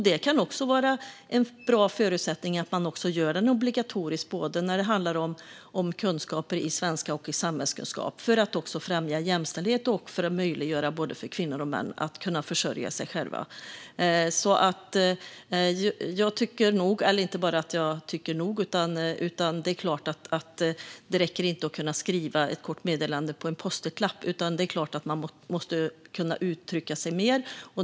Det kan vara en bra förutsättning att utbildningen görs obligatorisk både när det handlar om kunskaper i svenska och i samhällskunskap för att främja jämställdhet och möjliggöra för både kvinnor och män att försörja sig själva. Det är klart att det inte räcker att kunna skriva ett kort meddelande på en post it-lapp utan att man måste kunna uttrycka sig mer.